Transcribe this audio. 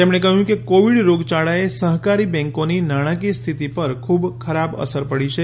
તેમણે કહ્યું કે કોવિડ રોગચાળાએ સહકારી બેન્કોની નાણાંકીય સ્થિતિ પર ખૂબ ખરાબ અસર પડી છે